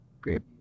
Great